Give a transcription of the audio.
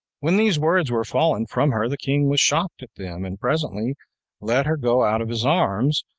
when these words were fallen from her, the king was shocked at them, and presently let her go out of his arms,